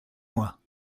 moi